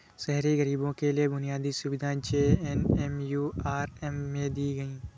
शहरी गरीबों के लिए बुनियादी सुविधाएं जे.एन.एम.यू.आर.एम में दी गई